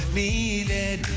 needed